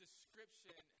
description